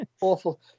Awful